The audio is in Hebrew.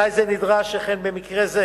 תנאי זה נדרש שכן במקרה זה